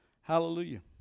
Hallelujah